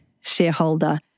shareholder